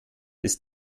ist